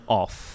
off